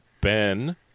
Ben